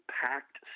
packed